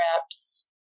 reps